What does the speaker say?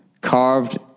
carved